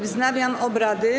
Wznawiam obrady.